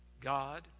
God